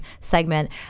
segment